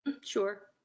Sure